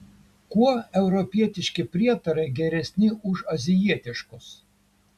kuo europietiški prietarai geresni už azijietiškus